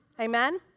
Amen